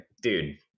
dude